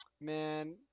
Man